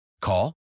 Call